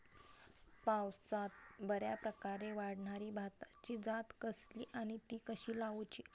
पावसात बऱ्याप्रकारे वाढणारी भाताची जात कसली आणि ती कशी लाऊची?